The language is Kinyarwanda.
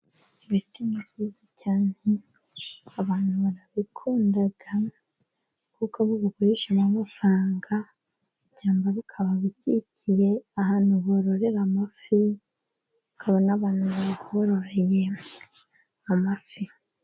Ibiti ni byiza cyane abantu barabikunda kuko babigurishamo amafaranga, cyangwa bikaba bikikiye ahantu bororera amafi, hakaba n'abantu babyororeyemo amafi.